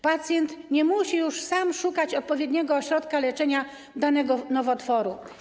Pacjent nie musi już sam szukać odpowiedniego ośrodka leczenia danego nowotworu.